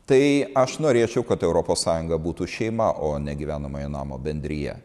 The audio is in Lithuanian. tai aš norėčiau kad europos sąjunga būtų šeima o ne gyvenamojo namo bendrija